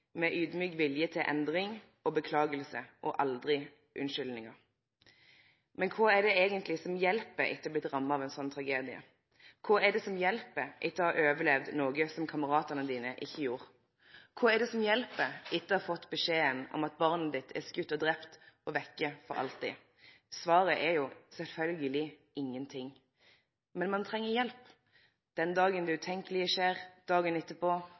vilje til endring og orsaking – aldri unnskyldningar. Men kva er det eigentleg som hjelper etter å ha blitt ramma av ein slik tragedie? Kva er det som hjelper etter å ha overlevd noko som kameratane dine ikkje gjorde? Kva er det som hjelper etter å ha fått beskjeden om at barnet ditt er skutt og drept og borte for alltid? Svaret er sjølvsagt ingenting. Men ein treng hjelp den dagen det utenkjelege skjer, dagen